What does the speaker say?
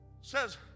says